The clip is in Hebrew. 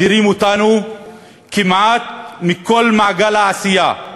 מדירים אותנו כמעט מכל מעגל העשייה,